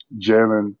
Jalen